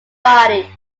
body